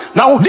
Now